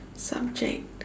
subject